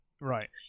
right